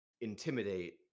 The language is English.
intimidate